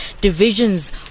divisions